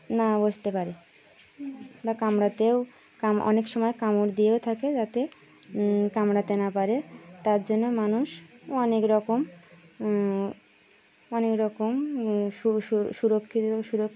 না বসতে পারে বা কামড়াতেও অনেক সময় কামড় দিয়েও থাকে যাতে কামড়াতে না পারে তার জন্য মানুষ অনেক রকম অনেক রকম সুরক্ষ সুরক্ষ